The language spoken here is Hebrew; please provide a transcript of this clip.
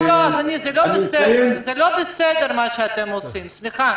לא, לא, אדוני, זה לא בסדר מה שאתם עושים, סליחה.